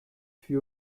fut